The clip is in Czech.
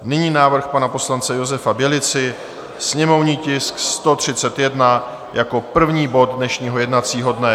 Nyní návrh pana poslance Josefa Bělici, sněmovní tisk 131, jako první bod dnešního jednacího dne.